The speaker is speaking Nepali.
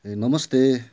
ए नमस्ते